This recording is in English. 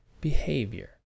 behavior